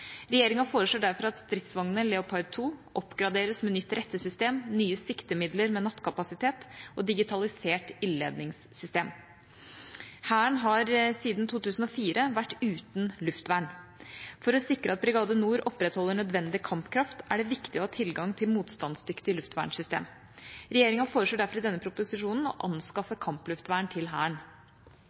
Regjeringa foreslår derfor at stridsvognene Leopard 2 oppgraderes med nytt rettesystem, nye siktemidler med nattkapasitet og digitalisert ildledningssystem. Hæren har siden 2004 vært uten luftvern. For å sikre at Brigade Nord opprettholder nødvendig kampkraft, er det viktig å ha tilgang til et motstandsdyktig luftvernsystem. Regjeringa foreslår derfor i denne proposisjonen å anskaffe kampluftvern til Hæren.